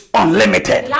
unlimited